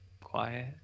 quiet